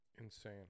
Insane